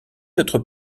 d’être